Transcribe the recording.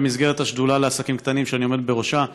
במסגרת השדולה לעסקים קטנים שאני עומד בראשה,